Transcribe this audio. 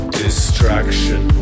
distraction